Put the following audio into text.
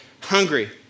hungry